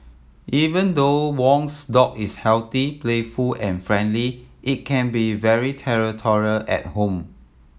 even though Wong's dog is healthy playful and friendly it can be very territorial at home